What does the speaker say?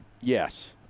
Yes